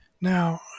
Now